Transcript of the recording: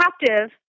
captive